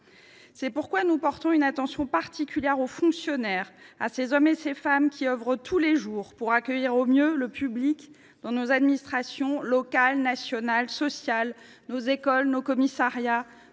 C’est pourquoi nous portons une attention particulière aux fonctionnaires, à ces hommes et ces femmes qui œuvrent tous les jours pour accueillir au mieux le public dans nos administrations locales, nationales, sociales, nos écoles, nos commissariats,